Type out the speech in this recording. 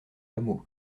hameau